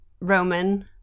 Roman